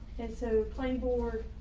and so playing board,